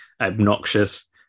obnoxious